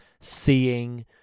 seeing